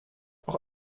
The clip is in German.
auch